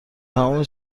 تمام